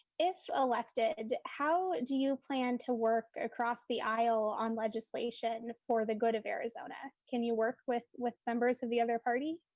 if elected, how do you plan to work across the aisle on legislation and for the good of arizona. can you work with with members of the other party?